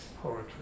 poetry